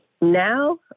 Now